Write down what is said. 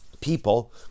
people